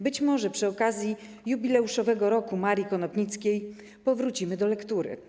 Być może przy okazji jubileuszowego Roku Marii Konopnickiej powrócimy do lektury.